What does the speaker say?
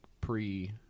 pre